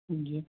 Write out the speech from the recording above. جی